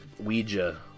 Ouija